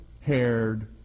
haired